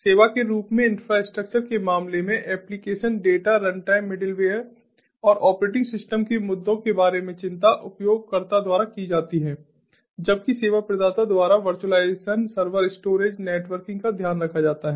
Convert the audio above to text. सेवा के रूप में इंफ्रास्ट्रक्चर के मामले में एप्लिकेशन डेटा रनटाइम मिडलवेयर और ऑपरेटिंग सिस्टम के मुद्दों के बारे में चिंता उपयोगकर्ता द्वारा की जाती है जबकि सेवा प्रदाता द्वारा वर्चुअलाइजेशन सर्वर स्टोरेज नेटवर्किंग का ध्यान रखा जाता है